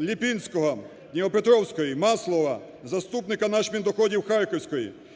Ліпінського – Дніпропетровської, Маслова – заступника начміндоходів Харківської.